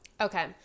Okay